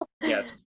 Yes